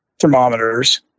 thermometers